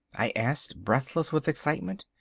i asked, breathless with excitement.